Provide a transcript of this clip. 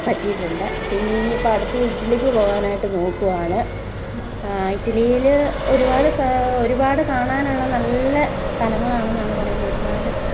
പറ്റിയിട്ടുണ്ട് പിന്നെ ഇനി ഇപ്പം അടുത്തത് ഇറ്റലിക്ക് പോവാനായിട്ട് നോക്കുകയാണ് ഇറ്റലിയിൽ ഒരുപാട് ഒരുപാട് കാണാനുള്ള നല്ല സ്ഥലങ്ങളാണെന്നാണ് പറയുന്നത് ഒരുപാട്